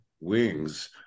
Wings